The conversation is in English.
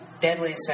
Deadly